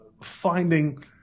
finding